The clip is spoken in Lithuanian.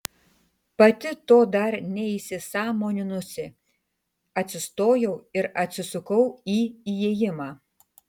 pati to dar neįsisąmoninusi atsistojau ir atsisukau į įėjimą